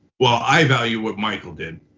well, i value what michael did.